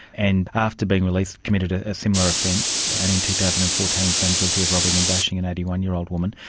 and after being released committed a similar offence and in two thousand and fourteen found guilty of robbing and bashing an eighty one year old woman.